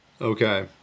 Okay